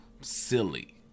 silly